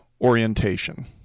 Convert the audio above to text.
orientation